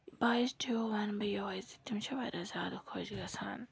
positive وَنہٕ بہٕ یِہوٚے زِ تِم چھِ واریاہ زیادٕ خوش گَژھان